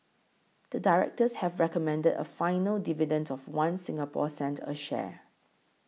the directors have recommended a final dividend of One Singapore cent a share